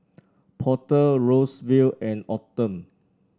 Porter Rosevelt and Autumn